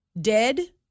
dead